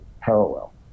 parallel